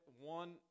one